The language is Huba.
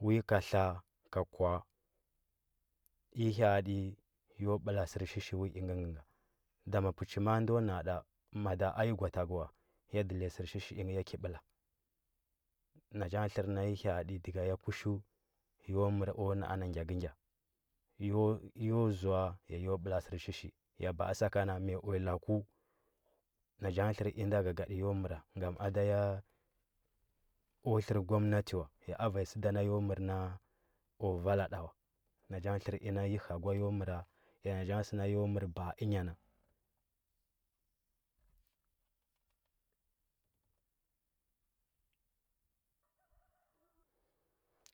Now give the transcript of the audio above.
Wi ka tla ka kva nyi hwa. adə yo bəla sərshishi wi ingə ngə dama pechi ma, a ndo nan da madaa yi gwa takdu way a ɗəliya sərshi sh inga ya ki bəla nan ja ngə tlər na yi hyadi dəga nda ya kushu yo mr o na’a na ggyakəgya yo zoa yay o bəla sərshi shi ya ba’a sakana ma ya wuya lagu yo məra ngam ada ya o tlər gwamnatə wa a vanya səda yo mər na o vala da wa na cha ngə tlər in da yi hə gwa yo mətra y ana cha ngə yo mər ba. a ənya na